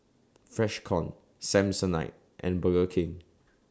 Freshkon Samsonite and Burger King